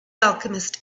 alchemist